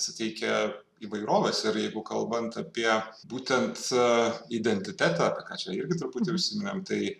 suteikia įvairovės ir jeigu kalbant apie būtent identitetą apie ką čia irgi truputį užsiminėm tai